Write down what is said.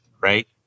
right